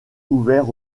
ouvert